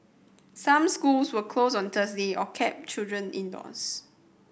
some schools were closed on Thursday or kept children indoors